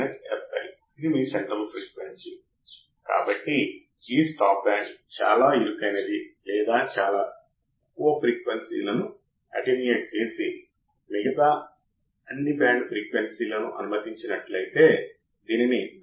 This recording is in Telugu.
కాబట్టి ఇప్పుడు ఐడియల్ ఆప్ ఆంప్ కోసం చూద్దాం ఇన్పుట్ టెర్మినల్లోకి కరెంట్ ప్రవాహాలు లేవు కరెంట్ ప్రవాహాలు ఇన్పుట్ టెర్మినల్ లోకి లేవు కానీ వాస్తవ ఆప్ ఆంప్లో ఆచరణాత్మక ఆప్ ఆంప్లో కరెంట్ చిన్నదిగా ఉంటుంది కరెంట్ లేదు లేదా ఇది 10 6 నుండి 10 14 ఆంపియర్ ఉంటుంది